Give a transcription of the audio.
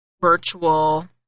virtual